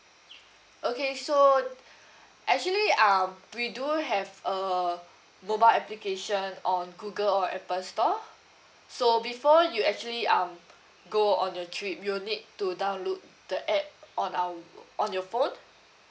okay so actually um we do have a mobile application on google or apple store so before you actually um go on a trip you need to download the app on our on your phone